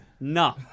No